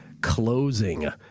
closing